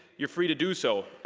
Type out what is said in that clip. you're free to do so,